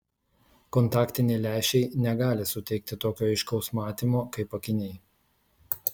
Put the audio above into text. kontaktiniai lęšiai negali suteikti tokio aiškaus matymo kaip akiniai